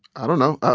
i don't know.